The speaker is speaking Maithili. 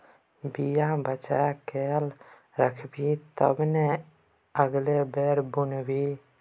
बीया बचा कए राखबिही तखने न अगिला बेर बुनबिही